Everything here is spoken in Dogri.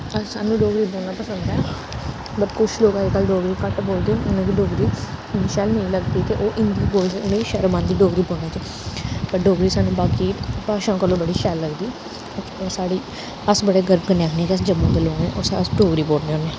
साह्नू डोगरी बोलना पसंद ऐ पर किश लोग अजकल डोगरी घट्ट बोलदे न उनेंगी डोगरी शैल नेईं लगदी ते ओह् हिन्दी बोलदे उ'नें शर्म औंदी डोगरी बोलने च पर डोगरी साह्नू बाकी भाशां कोलूं बड़ी शैल लगदी और साढ़ी अस बड़े गर्व कन्नै आखने कि अस जम्मू दे लोग आं और अस डोगरी बोलने होन्ने